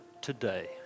today